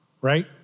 right